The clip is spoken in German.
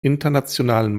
internationalen